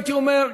הייתי אומר,